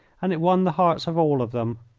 and it won the hearts of all of them.